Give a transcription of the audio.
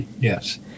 Yes